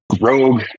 Rogue